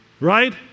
right